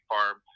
Farm